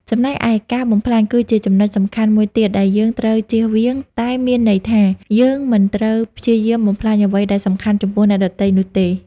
ចំណែកឯការបំផ្លាញ គឺជាចំណុចសំខាន់មួយទៀតដែលយើងត្រូវជៀសវាង តែមានន័យថា យើងមិនត្រូវព្យាយាមបំផ្លាញអ្វីដែលសំខាន់ចំពោះអ្នកដទៃនោះទេ។